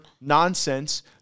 nonsense